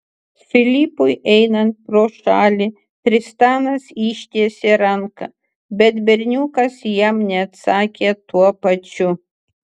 filipui einant pro šalį tristanas ištiesė ranką bet berniukas jam neatsakė tuo pačiu